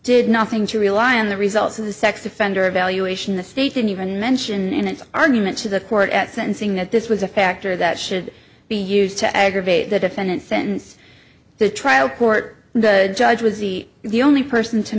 did nothing to rely on the results of the sex offender evaluation the state didn't even mention in its argument to the court at sentencing that this was a factor that should be used to aggravate the defendant since the trial court judge was the only person to